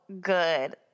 good